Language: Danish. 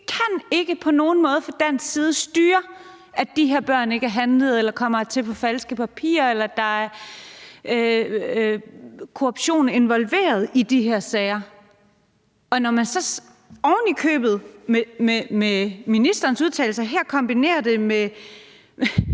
Vi kan ikke på nogen måde fra dansk side styre, at de her børn ikke er handlet eller kommet hertil på falske papirer, eller at der er korruption involveret i de her sager. Og her bliver ministerens udtalelser ovenikøbet kombineret med,